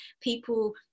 people